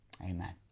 Amen